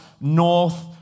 north